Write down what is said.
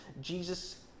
Jesus